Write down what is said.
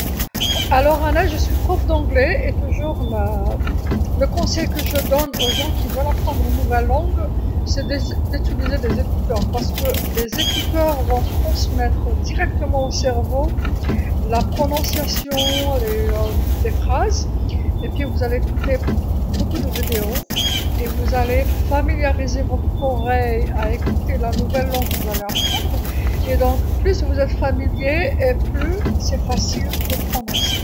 إذن أنا معلمه لغه إنجليزيه ودائمًا ما أقدم النصيحه للأشخاص الذين يرغبون في تعلم لغه جديده هي ارتداء سماعات الرأس لأن سماعات الرأس ستنقل نطق الجمل مباشره إلى الدماغ ومن ثم ستستمع إليها إلى الكثير وسوف تعتاد على أذنك، وتستمع إلى اللغه الجديده التي ستتعلمها، وبالتالي كلما كنت أكثر درايه، أصبح من الأسهل البدأ.